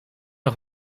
nog